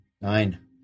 nine